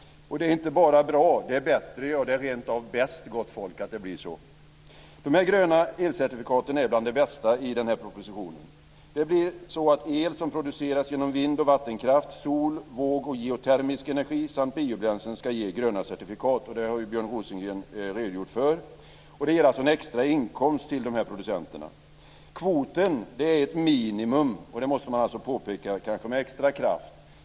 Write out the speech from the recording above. Det är inte bara bra, det är bättre, ja det är rent av bäst, gott folk, att det blir så. Dessa gröna elcertifikat är bland det bästa i denna proposition. El som produceras genom vind och vattenkraft, sol och vågenergi och geotermisk energi samt biobränslen ska ge gröna certifikat. Detta har Björn Rosengren redogjort fört. Det ger en extra inkomst till dessa producenter. Kvoten är ett minimum, och det måste man kanske påpeka med extra kraft.